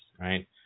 right